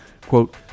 Quote